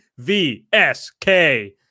VSK